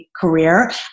career